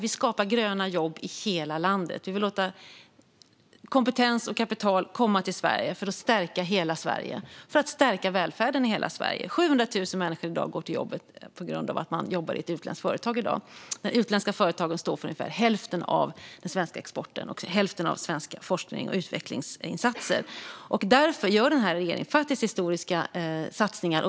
Vi skapar gröna jobb i hela landet. Vi vill låta kompetens och kapital komma till Sverige för att stärka hela Sverige och stärka välfärden i hela Sverige. I dag går 700 000 människor till jobbet tack vare att man jobbar i ett utländskt företag. De utländska företagen står för ungefär hälften av den svenska exporten och hälften av svenska forsknings och utvecklingsinsatser. Därför gör denna regering faktiskt historiska satsningar.